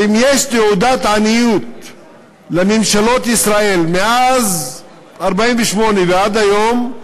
ואם יש תעודת עניות לממשלות ישראל מאז 1948 ועד היום,